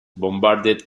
bombarded